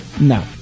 No